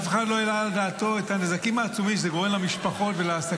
אף אחד לא העלה על דעתו את הנזקים העצומים שזה גורם למשפחות ולעסקים,